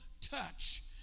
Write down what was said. touch